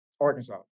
Arkansas